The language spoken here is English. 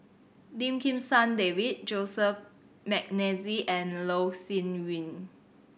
Lim Kim San David Joseph McNally and Loh Sin Yun